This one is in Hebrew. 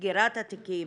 סגירת התיקים,